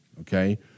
okay